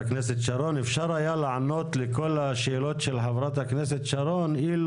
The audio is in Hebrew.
אפשר היה לענות לכל השאלות של חברת הכנסת שרון רופא אופיר,